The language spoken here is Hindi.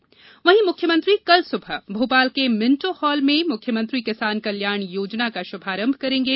किसान कल्याण योजना वहीं मुख्यमंत्री कल सुबह भोपाल के भिंटो हॉल में मुख्यमंत्री किसान कल्याण योजना का श्रभारंभ करेंगे